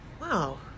Wow